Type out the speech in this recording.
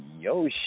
yo